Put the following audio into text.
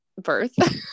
birth